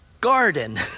garden